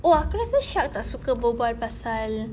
oh aku rasa shak tak suka berbual pasal